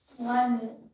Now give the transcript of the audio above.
One